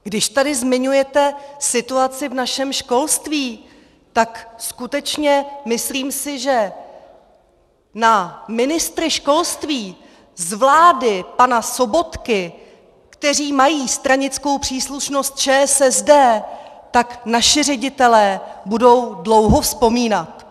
Když tady zmiňujete situaci v našem školství, tak skutečně, myslím si, že na ministry školství z vlády pana Sobotky, kteří mají stranickou příslušnost ČSSD, naši ředitelé budou dlouho vzpomínat!